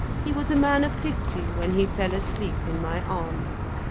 he was a man of fifty, when he fell asleep in my arms.